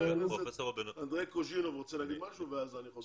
חבר הכנסת אנדרי קוז'ינוב רוצה להגיד משהו ואז אני חוזר אליך.